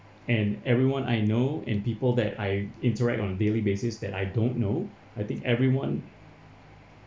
and everyone I know and people that I interact on daily basis that I don't know I think everyone